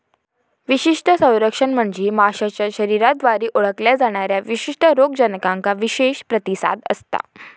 विशिष्ट संरक्षण म्हणजे माशाच्या शरीराद्वारे ओळखल्या जाणाऱ्या विशिष्ट रोगजनकांका विशेष प्रतिसाद असता